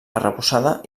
arrebossada